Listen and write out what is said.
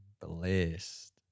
blessed